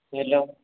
hello